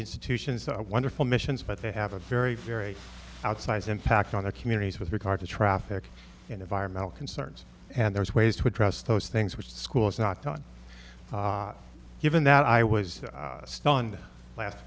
institutions that are wonderful missions but they have a very very outsized impact on the communities with regard to traffic and environmental concerns and there's ways to address those things which school is not done given that i was stunned last